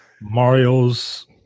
Mario's